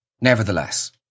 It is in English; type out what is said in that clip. Nevertheless